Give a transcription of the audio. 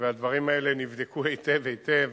והדברים האלה נבדקו היטב היטב